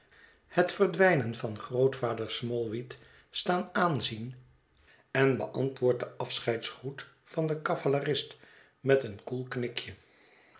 het verdwijnen van grootvader smallweed staan aanzien en beantwoordt den afscheidsgroet van den cavalerist met een koel knikje